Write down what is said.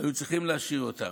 היו צריכים להשאיר אותן.